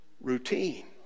routine